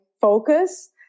focus